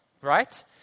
right